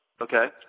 Okay